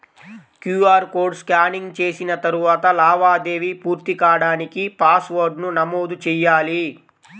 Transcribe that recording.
QR code scanning చేసిన తరువాత లావాదేవీ పూర్తి కాడానికి పాస్వర్డ్ను నమోదు చెయ్యాలి